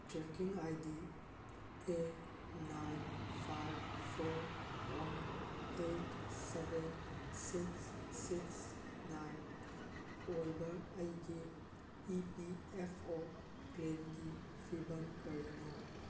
trekking I D eight nine five four one eight seven six six nine ꯑꯣꯏꯕ ꯑꯩꯒꯤ E P F O ꯀ꯭ꯂꯦꯝꯒꯤ ꯐꯤꯕꯝ ꯀꯔꯤꯅꯣ